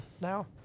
Now